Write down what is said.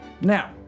now